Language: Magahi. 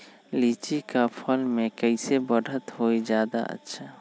लिचि क फल म कईसे बढ़त होई जादे अच्छा?